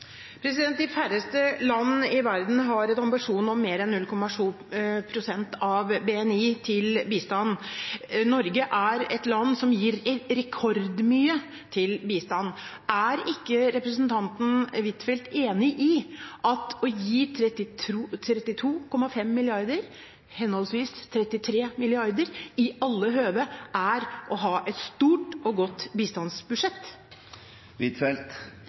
De færreste land i verden har ambisjon om mer enn 0,7 pst. av BNI i bistand. Norge er et land som gir rekordmye i bistand. Er ikke representanten Huitfeldt enig i at det å gi 32,5 mrd. kr, henholdsvis 33 mrd. kr, i alle høve er å ha et stort og godt bistandsbudsjett?